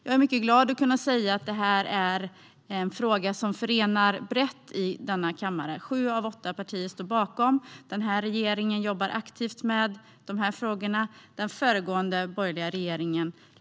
Jag är mycket glad över att kunna säga att detta är en fråga som förenar brett i denna kammare. Sju av åtta partier står bakom detta. Denna regering jobbar aktivt med dessa frågor, likaså den tidigare borgerliga regeringen.